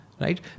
right